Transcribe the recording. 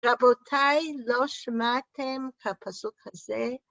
רבותיי, לא שמעתם את הפסוק הזה?